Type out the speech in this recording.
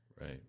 Right